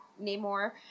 Namor